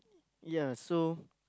ya so